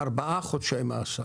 ארבעה חודשי מאסר.